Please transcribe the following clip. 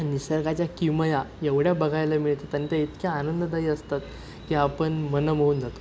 निसर्गाच्या किमया एवढ्या बघायला मिळतात आणि त्या इतक्या आनंददायी असतात की आपण मन मोहून जातो